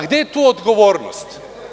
Gde je tu odgovornost?